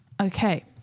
Okay